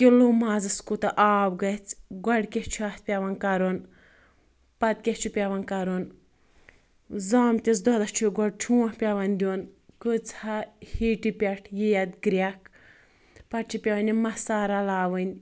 kilo مازَس کوٗتاہ آب گَژھِ گۄڈٕ کیاہ چھِ اَتھ پؠوان کَرُن پَتہٕ کیاہ چھِ پؠوان کَرُن زامتِس دۄدَس چھِ گۄڈٕ چھونٛپھ پؠوان دِیُن کٔژاہ ہِیٖٹہِ پؠٹھ یِیہِ اَتھ گِرؠکھ پَتہٕ چھِ پؠوان یہِ مَسالہٕ رَلاوٕنۍ